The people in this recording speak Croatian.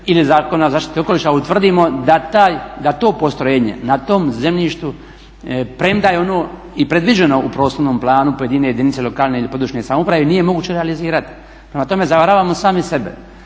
ili Zakona o zaštiti okoliša utvrdimo da to postrojenje na tom zemljištu premda je ono i predviđeno u prostornom planu pojedine jedinice lokalne ili područne samouprave nije moguće realizirati. Prema tome, zavaravamo sami sebe